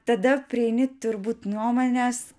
tada prieini turbūt nuomonės